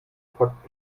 fakt